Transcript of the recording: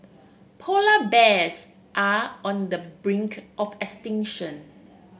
polar bears are on the brink of extinction